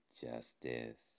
Justice